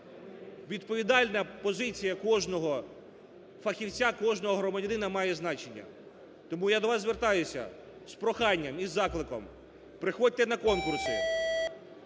відповідальна позиція кожного фахівця, кожного громадянина має значення. Тому я до вас звертаюся з проханням і з закликом. Приходьте на конкурси,